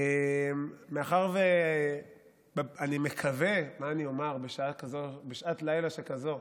מה אני אומר בשעת לילה שכזאת?